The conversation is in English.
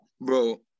bro